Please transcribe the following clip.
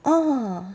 orh